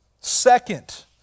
second